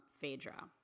Phaedra